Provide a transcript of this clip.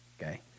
Okay